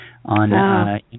On